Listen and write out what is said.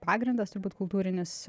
pagrindas turbūt kultūrinis